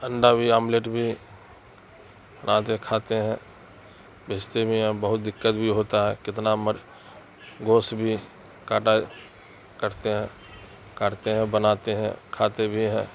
انڈا بھی آملیٹ بھی بناتے کھاتے ہیں بیجتے بھی ہیں بہت دقت بھی ہوتا ہے کتنا مر گوشت بھی کاٹا کرتے ہیں کاٹتے ہیں بناتے ہیں کھاتے بھی ہیں